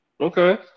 Okay